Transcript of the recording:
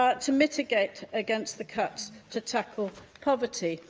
but to mitigate against the cuts, to tackle poverty.